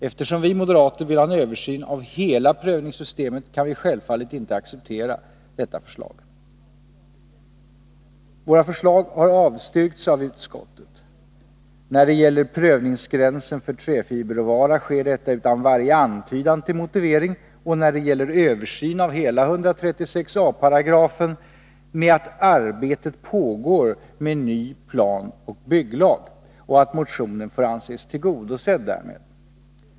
Eftersom vi moderater vill ha en översyn av hela prövningssystemet, kan vi självfallet inte acceptera regeringens förslag. Våra förslag avstyrks av utskottet. När det gäller prövningsgränsen för träfiberråvara sker detta utan varje antydan till motivering, och när det gäller översyn av hela 136 a § med hänvisning till att arbetet pågår med ny planoch bygglag. Därmed föreslår utskottet att motionen skall anses tillgodosedd.